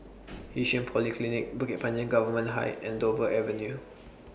Yishun Polyclinic Bukit Panjang Government High and Dover Avenue